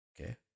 okay